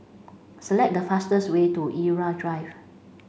select the fastest way to Irau Drive